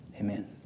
Amen